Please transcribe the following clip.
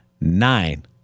nine